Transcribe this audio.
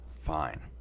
fine